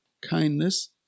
kindness